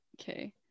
Okay